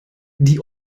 die